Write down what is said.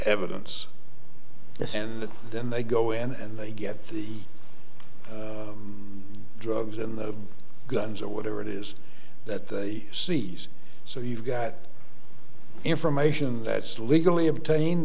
evidence yes and then they go in and they get the drugs and the guns or whatever it is that they seize so you've got information that's legally obtain